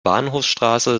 bahnhofsstraße